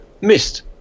missed